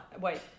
wait